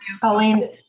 Colleen